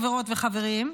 חברות וחברים,